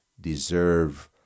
deserve